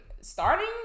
starting